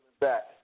back